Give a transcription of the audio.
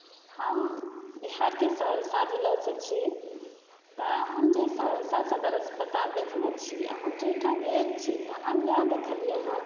हम बिहारके सहरसा जिला सऽ छी हम जे सहरसा सदर अस्पताल देखने छी आओर हम जे ओहिठाम गेल छी हम वएह देखलियै हँ